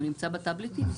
הוא נמצא בטאבלטים?